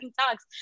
talks